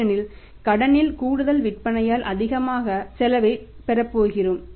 ஏனெனில் கடனில் கூடுதல் விற்பனையால் அதிகமான செலவை பெறப்போகிறோம்